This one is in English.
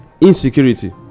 insecurity